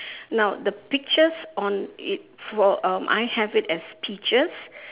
now the pictures on it for um I have it as peaches